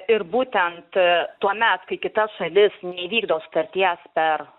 ir būtent tuomet kai kita šalis neįvykdo sutarties per